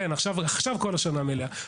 כן, עכשיו כל השנה מלאה.